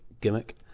gimmick